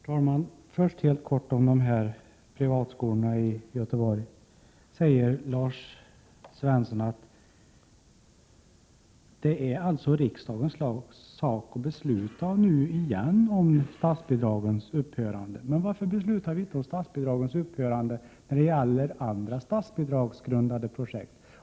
Herr talman! Först helt kort om privatskolorna i Göteborg. Lars Svensson säger att det är riksdagens sak att nu igen besluta om statsbidragens upphörande. Varför beslutar vi då inte om statsbidragens upphörande när det gäller andra statsbidragsgrundade projekt?